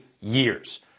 years